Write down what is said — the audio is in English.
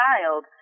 child